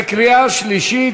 וקריאה שלישית,